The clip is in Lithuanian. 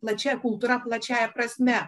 plačia kultūra plačiąja prasme